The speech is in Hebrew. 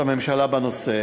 ממאסר.